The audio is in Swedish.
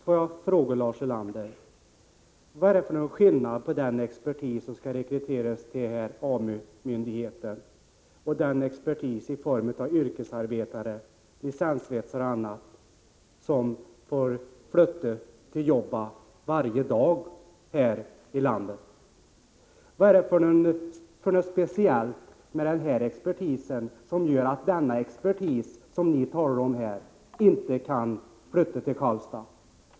Får jag fråga Lars Ulander: Vad är det för skillnad på den expertis som skall rekryteras till AMU-myndigheten och den expertis i form av yrkesarbetare, licenssvetsare och andra, som varje dag får flytta dit jobben finns här i landet? Vad är det för speciellt med den här expertisen som gör att den inte kan flytta till Karlstad?